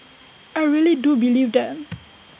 I really do believe that